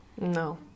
no